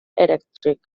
electric